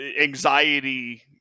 anxiety